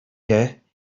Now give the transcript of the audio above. you